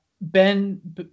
ben